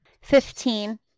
Fifteen